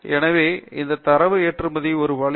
எனவே இந்த தரவு ஏற்றுமதி ஒரு வழி